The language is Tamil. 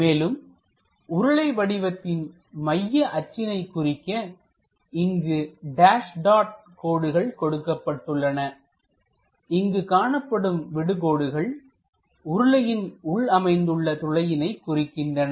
மேலும் உருளை வடிவத்தில் மைய அச்சினை குறிக்க இங்கு டேஸ் டாட் கோடுகள் கொடுக்கப்பட்டுள்ளன இங்கு காணப்படும் விடுகோடுகள் உருளையின் உள் அமைந்துள்ள துளையினை குறிக்கின்றன